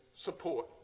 support